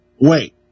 Wait